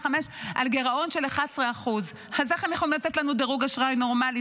על גירעון של 11%. אז איך הם יכולים לתת לנו דירוג אשראי נורמלי,